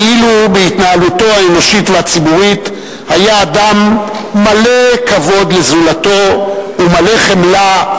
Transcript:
ואילו בהתנהלותו האנושית והציבורית היה אדם מלא כבוד לזולתו ומלא חמלה.